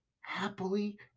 happily